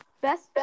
Best